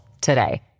today